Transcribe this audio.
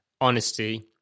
honesty